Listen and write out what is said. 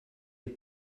les